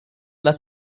lass